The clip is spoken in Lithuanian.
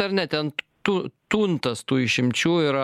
ar ne ten t tu tuntas tų išimčių yra